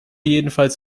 jedenfalls